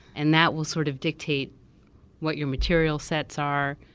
and that will sort of dictate what your material sets are,